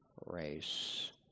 race